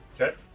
Okay